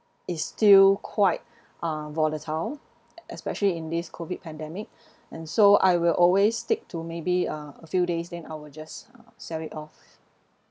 is still quite uh volatile especially in this COVID pandemic and so I will always stick to maybe a a few days then I will just sell it off